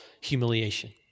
humiliation